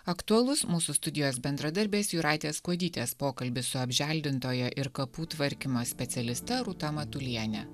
aktualus mūsų studijos bendradarbės jūratės kuodytės pokalbis su apželdintoja ir kapų tvarkymo specialiste rūta matuliene